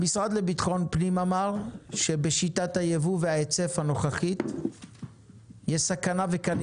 המשרד לביטחון פנים אמר שבשיטת הייבוא וההיצף הנוכחית יש סכנה וככל